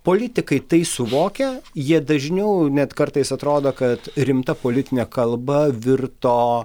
politikai tai suvokia jie dažniau net kartais atrodo kad rimta politinė kalba virto